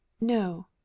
No